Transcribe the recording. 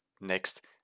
next